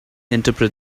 interpret